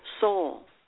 soul